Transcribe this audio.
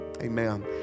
Amen